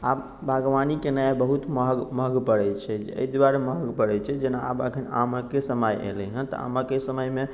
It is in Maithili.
आब बागवानी केनाइ बहुत महग महग पड़ैत छै एहिदुआरे महग पड़ैत छै जेना आब एखन आमके समय एलै हेँ तऽ आमके समयमे